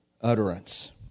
utterance